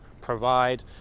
provide